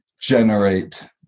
generate